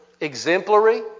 exemplary